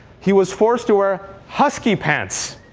he was forced to wear husky pants.